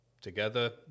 together